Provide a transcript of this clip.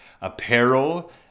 apparel